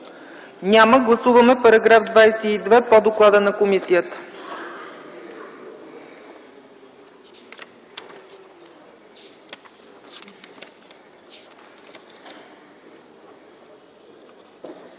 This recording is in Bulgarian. Няма. Гласуваме параграф § 22 по доклада на комисията.